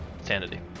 Sanity